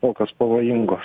tokios pavojingos